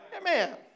Amen